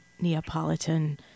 Neapolitan